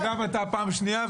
גם אתה, פעם שנייה.